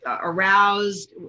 aroused